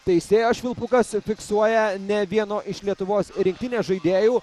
teisėjo švilpukas fiksuoja ne vieno iš lietuvos rinktinės žaidėjų